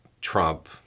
Trump